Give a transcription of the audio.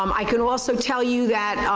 um i can also tell you that.